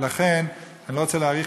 אני לא רוצה להאריך.